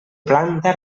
planta